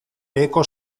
beheko